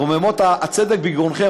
רוממות הצדק בגרונכם,